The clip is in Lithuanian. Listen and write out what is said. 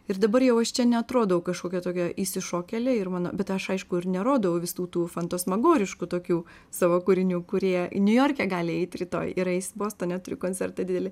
ir dabar jau aš čia neatrodau kažkokio tokio išsišokėlė ir mano bet aš aišku ir nerodau visų tų fantasmagoriškų tokių savo kūrinių kurie niujorke gali eit rytoj ir eis bostone turiu koncertą didelį